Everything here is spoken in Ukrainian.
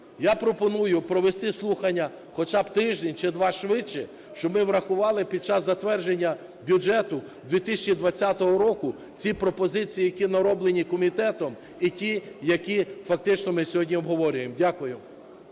Я пропоную провести слухання хоча б на тиждень чи два швидше, щоб ми врахувати під час затвердження бюджету 2020 року ці пропозиції, які нароблені комітетом і ті, які фактично ми сьогодні обговорюємо. Дякую.